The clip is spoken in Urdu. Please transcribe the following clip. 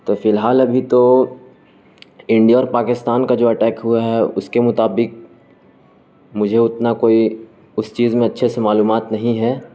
تو فی الحال ابھی تو انڈیا اور پاکستان کا جو اٹیک ہوا ہے اس کے مطابق مجھے اتنا کوئی اس چیز میں اچھے سے معلومات نہیں ہے